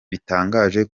bitangaje